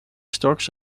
stocks